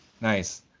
Nice